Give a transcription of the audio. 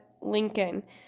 Lincoln